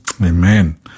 Amen